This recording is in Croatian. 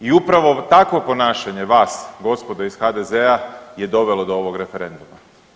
I upravo takvo ponašanje vas, gospodo iz HDZ-a je dovelo do ovog referenduma.